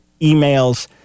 emails